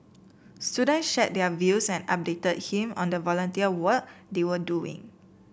students shared their views and updated him on the volunteer work they were doing